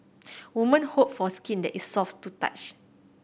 woman hope for skin that is soft to touch